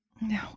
No